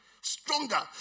Stronger